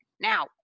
now